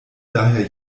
daher